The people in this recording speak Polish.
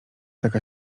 taka